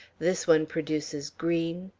this one produces green,